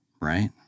right